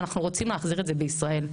ואנחנו רוצים להחזיר את זה בישראל.